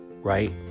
right